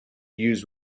use